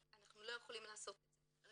אנחנו לא יכולים לעשות את זה.